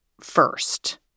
first